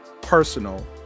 personal